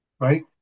right